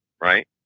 right